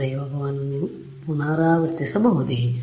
ಈ ಪ್ರಯೋಗವನ್ನು ನೀವು ಪುನರಾವರ್ತಿಸಬಹುದೇ